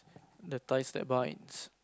the ties that binds